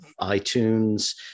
iTunes